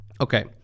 Okay